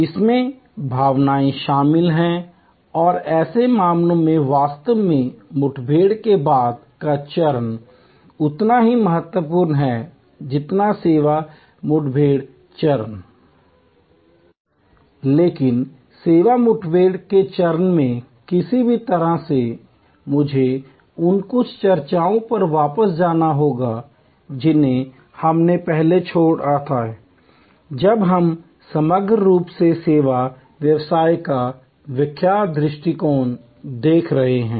इसमें भावनाएं शामिल हैं और ऐसे मामलों में वास्तव में मुठभेड़ के बाद का चरण पोस्ट एनकाउंटर चरण उतना ही महत्वपूर्ण है जितना कि सेवा मुठभेड़ चरण सर्विस एनकाउंटर स्टेज लेकिन सेवा मुठभेड़ के चरण में किसी भी तरह से मुझे उन कुछ चर्चाओं पर वापस जाना होगा जिन्हें हमने पहले जोड़ा है जब हम समग्र रूप से सेवा व्यवसाय का व्यापक दृष्टिकोण देख रहे हैं